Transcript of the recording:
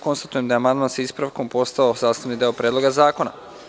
Konstatujem da je amandman sa ispravkom postao sastavni deo Predloga zakona.